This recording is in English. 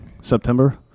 September